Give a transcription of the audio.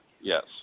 Yes